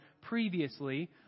previously